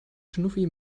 schnuffi